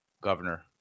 governor